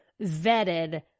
vetted